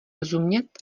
rozumět